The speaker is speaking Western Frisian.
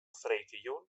freedtejûn